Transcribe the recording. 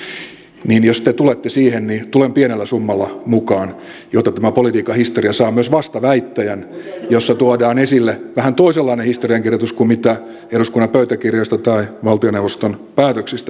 jos te tulette siihen niin tulen pienellä summalla mukaan jotta tämä politiikan historia saa myös vastaväittäjän jossa tuodaan esille vähän toisenlainen historiankirjoitus kuin mitä eduskunnan pöytäkirjoista tai valtioneuvoston päätöksistä löytyy